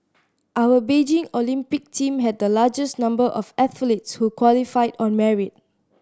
our Beijing Olympic team had the largest number of athletes who qualified on merit